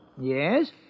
Yes